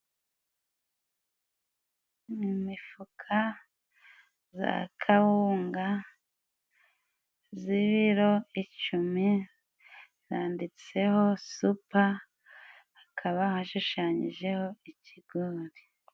Imifuka za kawunga z'ibiro icumi zanditseho supa hakaba hashushanyijeho ikigori.